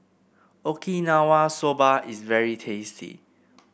Okinawa Soba is very tasty